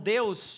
Deus